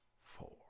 four